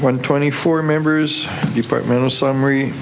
one twenty four members departmental summary